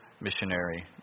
missionary